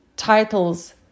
titles